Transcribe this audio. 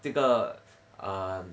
这个 uh